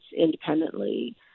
independently